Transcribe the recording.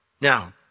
Now